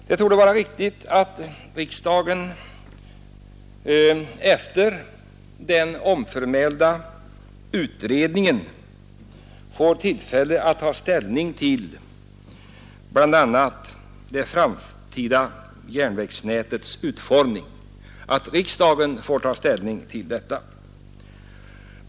Det torde vara riktigt att riksdagen efter den omförmälda utredningen får tillfälle att ta ställning till bl.a. det framtida järnvägsnätets utformning.